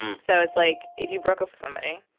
so it's like if you broke up with somebody,